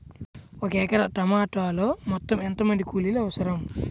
ఒక ఎకరా టమాటలో మొత్తం ఎంత మంది కూలీలు అవసరం?